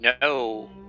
No